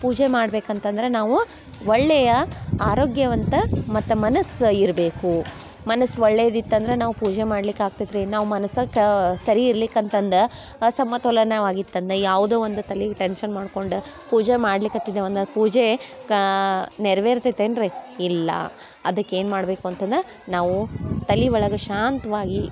ಪೂಜೆ ಮಾಡ್ಬೇಕು ಅಂತಂದ್ರೆ ನಾವು ಒಳ್ಳೆಯ ಆರೋಗ್ಯವಂತ ಮತ್ತು ಮನಸ್ಸು ಇರಬೇಕು ಮನಸ್ಸು ಒಳ್ಳೇದು ಇತ್ತಂದ್ರೆ ನಾವು ಪೂಜೆ ಮಾಡ್ಲಿಕ್ಕೆ ಆಗ್ತೈತ್ರಿ ನಾವು ಮನಸ್ಸು ಕಾ ಸರಿ ಇರ್ಲಿಕ್ಕೆ ಅಂತಂದು ಅಸಮತೋಲನವಾಗಿತ್ತಂದು ಯಾವುದೋ ಒಂದು ತಲಿಗೆ ಟೆನ್ಶನ್ ಮಾಡ್ಕೊಂಡು ಪೂಜೆ ಮಾಡ್ಲಿಕ್ಕತ್ತಿದ್ದೆ ಒಂದು ಪೂಜೆ ಕಾ ನೆರ್ವೇರ್ತೈತೆ ಏನು ರಿ ಇಲ್ಲ ಅದಕ್ಕೆ ಏನು ಮಾಡಬೇಕು ಅಂತಂದು ನಾವು ತಲೆ ಒಳಗೆ ಶಾಂತವಾಗಿ